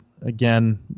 again